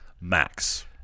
Max